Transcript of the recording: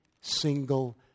single